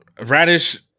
Radish